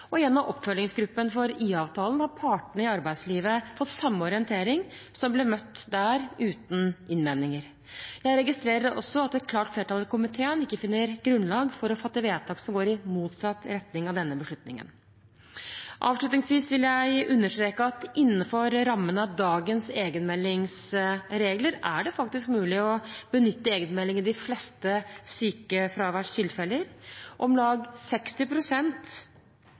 Gjennom Oppfølgingsgruppen for IA-avtalen har partene i arbeidslivet fått samme orientering, som der ble møtt uten innvendinger. Jeg registrerer også at et klart flertall i komiteen ikke finner grunnlag for å fatte vedtak som går i motsatt retning av denne beslutningen. Avslutningsvis vil jeg understreke at innenfor rammene av dagens egenmeldingsregler er det faktisk mulig å benytte egenmelding i de fleste sykefraværstilfeller. Om lag